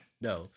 No